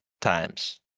times